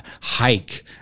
hike